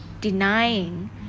denying